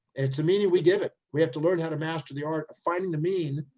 it's the meaning we give it, we have to learn how to master the art of finding the mean,